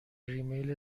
ریمیل